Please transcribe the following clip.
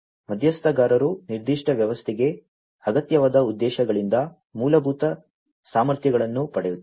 ಮಧ್ಯಸ್ಥಗಾರರು ನಿರ್ದಿಷ್ಟ ವ್ಯವಸ್ಥೆಗೆ ಅಗತ್ಯವಾದ ಉದ್ದೇಶಗಳಿಂದ ಮೂಲಭೂತ ಸಾಮರ್ಥ್ಯಗಳನ್ನು ಪಡೆಯುತ್ತಾರೆ